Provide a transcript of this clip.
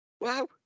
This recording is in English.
wow